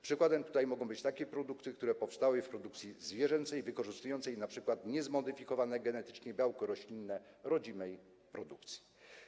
Przykładem mogą być takie produkty, które powstały w produkcji zwierzęcej wykorzystującej np. niezmodyfikowane genetycznie białko roślinne rodzimej produkcji.